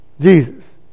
Jesus